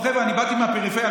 חבר'ה, אני באתי מהפריפריה.